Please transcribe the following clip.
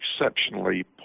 exceptionally